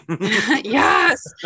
Yes